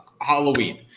Halloween